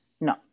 no